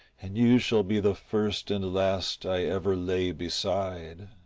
and you shall be the first and last i ever lay beside.